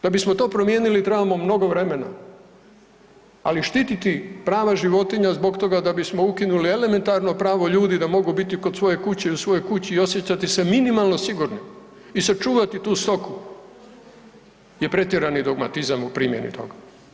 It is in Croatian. Da bismo to promijenili trebamo mnogo vremena, ali štititi prava životinja zbog toga da bismo ukinuli elementarno pravo ljudi da mogu biti kod svoje kuće i u svojoj kući i osjećati se minimalno sigurnim i sačuvati tu stoku je pretjerani dogmatizam u primjeni toga.